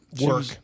work